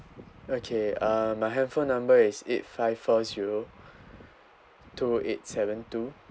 okay uh my hand phone number is eight five four zero two eight seven two